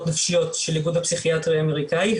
נפשיות של איגוד הפסיכיאטריה האמריקאי,